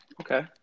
Okay